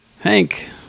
Hank